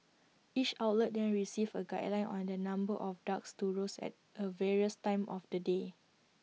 each outlet then receives A guideline on the number of ducks to roast at A various times of the day